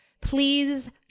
please